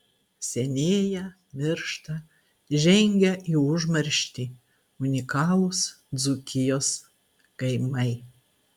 senėja miršta žengia į užmarštį unikalūs dzūkijos kaimai